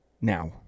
now